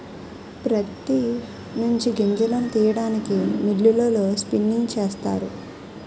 ప్రత్తి నుంచి గింజలను తీయడానికి మిల్లులలో స్పిన్నింగ్ చేస్తారు